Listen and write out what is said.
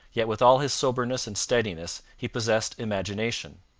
yet with all his soberness and steadiness he possessed imagination.